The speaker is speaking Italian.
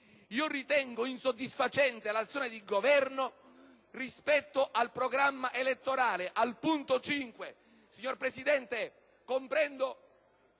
ritenuto insoddisfacente l'azione del Governo rispetto al programma elettorale. Al punto 5, signora Presidente ...